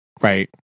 Right